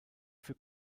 für